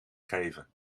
geven